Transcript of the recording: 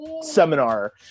seminar